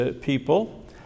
people